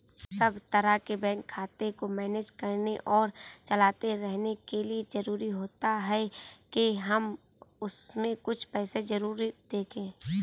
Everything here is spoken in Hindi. सब तरह के बैंक खाते को मैनेज करने और चलाते रहने के लिए जरुरी होता है के हम उसमें कुछ पैसे जरूर रखे